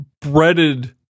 breaded